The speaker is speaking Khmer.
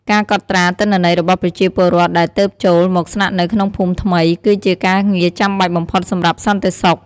ការកត់ត្រា ទិន្នន័យរបស់ប្រជាពលរដ្ឋដែលទើបចូលមកស្នាក់នៅក្នុងភូមិថ្មី គឺជាការងារចាំបាច់បំផុតសម្រាប់សន្តិសុខ។